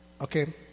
Okay